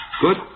Good